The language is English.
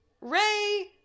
Ray